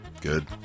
Good